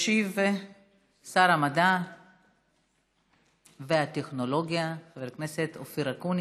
ישיב שר המדע והטכנולוגיה חבר הכנסת אופיר אקוניס.